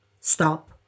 stop